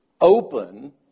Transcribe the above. open